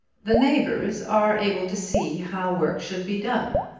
the neighbours are able to see how work should be done.